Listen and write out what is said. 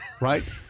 right